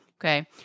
Okay